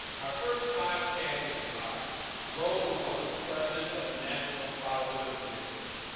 our first five champions are roland warren, president of the national fatherhood initiative.